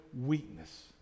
weakness